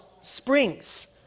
springs